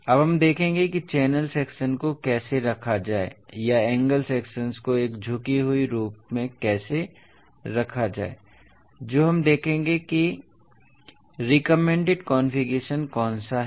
अब हम देखेंगे कि चैनल सेक्शन को कैसे रखा जाए या एंगल सेक्शनस को एक झुकी हुई रूफ में कैसे रखा जाए जो हम देखेंगे कि रेकोम्मेंडेड कॉन्फ़िगरेशन कौन सा है